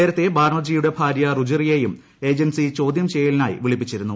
നേരത്തെ ബാനർജിയുടെ ഭാര്യ റുജിറയേയും ഏജൻസി ചോദ്യം ചെയ്യലിനായി വിളിപ്പിച്ചിരുന്നു